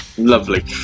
lovely